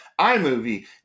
iMovie